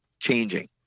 changing